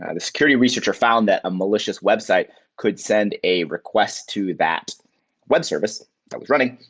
and the security researcher found that a malicious website could send a request to that web service that was running.